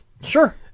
Sure